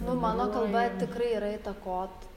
nu mano kalba tikrai yra įtakot